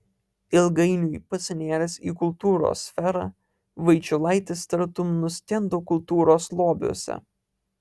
ilgainiui pasinėręs į kultūros sferą vaičiulaitis tartum nuskendo kultūros lobiuose